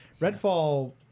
redfall